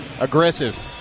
aggressive